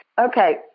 Okay